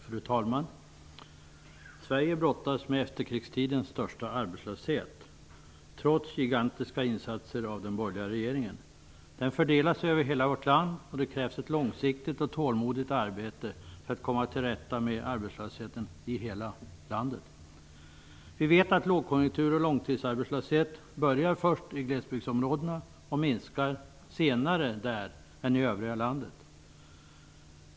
Fru talman! Sverige brottas med efterkrigstidens största arbetslöshet, trots gigantiska insatser av den borgerliga regeringen. Den fördelas över hela vårt land, och det krävs ett långsiktigt och tålmodigt arbete för att komma till rätta med arbetslösheten i hela landet. Vi vet att lågkonjunktur och långtidsarbetslöshet börjar först i glesbygdsområdena och minskar senare där än i övriga landet.